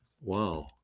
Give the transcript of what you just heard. Wow